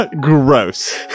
Gross